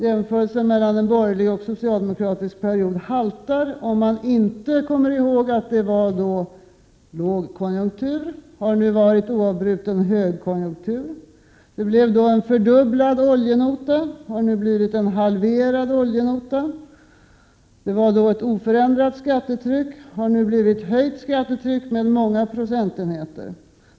Jämförelsen mellan borgerlig och socialdemokratisk period haltar om man inte kommer ihåg att det under den borgerliga perioden var lågkonjunktur, medan det nu har varit oavbruten högkonjunktur, att det då blev en fördubblad oljenota, medan det nu har blivit en halverad oljenota, att det då var ett oförändrat skattetryck, medan skattetrycket nu har höjts med många procentenheter.